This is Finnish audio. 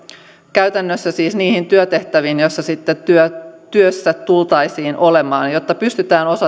käytännössä niihin työtehtäviin joissa työssä tultaisiin olemaan jotta pystytään